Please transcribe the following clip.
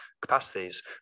capacities